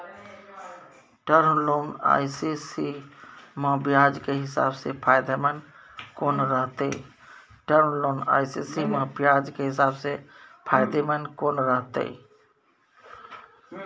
Term loan आ CC म ब्याज के हिसाब से फायदेमंद कोन रहते?